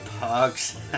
pugs